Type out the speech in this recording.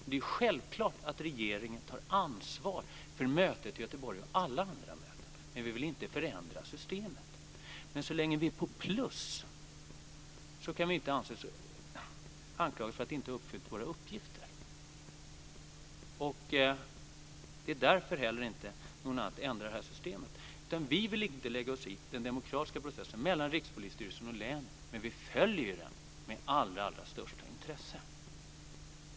Det är självklart att regeringen tar ansvar för mötet i Göteborg och alla andra möten. Men vi vill inte förändra systemet. Men så länge vi är på plus kan vi inte anklagas för att inte ha uppfyllt våra uppgifter. Det finns därför heller inte någon anledning att ändra det här systemet. Vi vill inte lägga oss i den demokratiska processen mellan Rikspolisstyrelsen och länen, men vi följder den med allra största intresse.